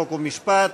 חוק ומשפט.